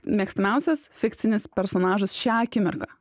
mėgstamiausias fikcinis personažas šią akimirką